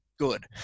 good